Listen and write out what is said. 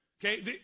Okay